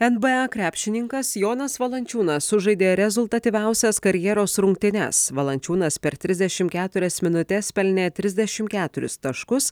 nba krepšininkas jonas valančiūnas sužaidė rezultatyviausias karjeros rungtynes valančiūnas per trisdešimt keturias minutes pelnė trisdešimt keturis taškus